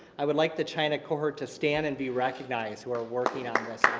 i would like the china cohort to stand and be recognized who are working on this.